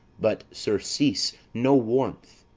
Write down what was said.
but surcease no warmth,